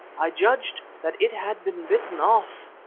i judged that it had been bitten off.